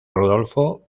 rodolfo